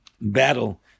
battle